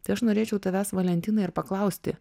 tai aš norėčiau tavęs valentinai ir paklausti